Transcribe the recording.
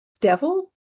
Devil